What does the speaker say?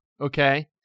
Okay